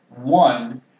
One